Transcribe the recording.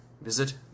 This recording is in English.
visit